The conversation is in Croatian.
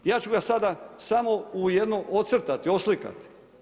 Ja ću ga sada samo u jednu ocrtati, oslikati.